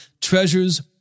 treasures